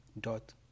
dot